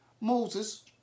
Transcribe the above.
Moses